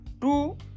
two